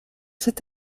cette